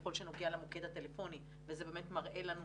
ככל שנוגע למוקד הטלפוני, וזה באמת מראה לנו